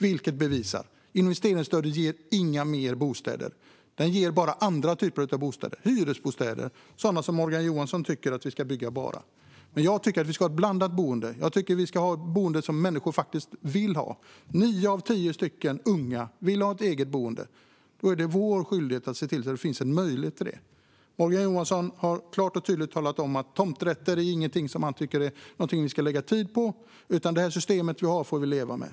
Detta bevisar att investeringsstöd inte ger fler bostäder utan bara andra typer av bostäder, till exempel hyresbostäder som ju Morgan Johansson tycker att vi bara ska bygga. Jag tycker däremot att det ska finnas ett blandat boende och sådant som människor faktiskt vill ha. Nio av tio unga vill ha ett eget boende. Då är det vår skyldighet att se till att det finns en möjlighet till det. Morgan Johansson har klart och tydligt talat om att tomträtter inte är något man ska lägga tid på, utan det system vi har får vi leva med.